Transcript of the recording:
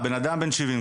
בן אדם בן 70,